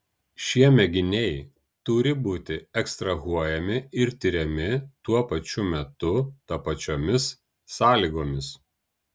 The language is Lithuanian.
šie mėginiai turi būti ekstrahuojami ir tiriami tuo pat metu tapačiomis sąlygomis